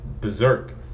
berserk